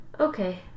Okay